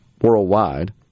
worldwide